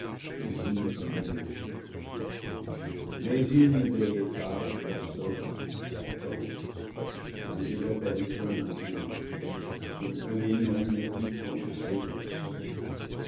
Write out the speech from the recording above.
mélodieux mais il ne veillait pas de la sorte satan ainsi lappelle t on maintenant son premier nom n'est plus prononcé dans le ciel